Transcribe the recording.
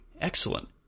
Excellent